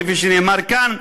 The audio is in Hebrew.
כפי שנאמר כאן,